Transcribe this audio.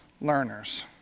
learners